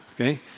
Okay